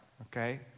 okay